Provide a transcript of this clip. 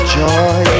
joy